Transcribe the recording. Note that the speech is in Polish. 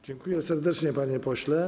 Dziękuję serdecznie, panie pośle.